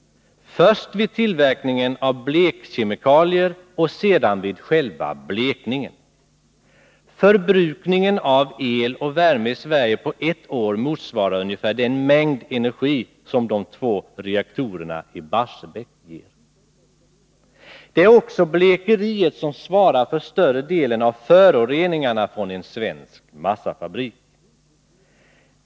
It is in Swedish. — först vid tillverkningen av blekkemikalier och sedan vid själva blekningen. Förbrukningen av el och värme på ett år motsvarar ungefär den mängd energi som de två reaktorerna i Barsebäck ger. Det är också blekeriet som svarar för större delen av föroreningarna från en svensk massafabrik.